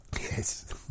Yes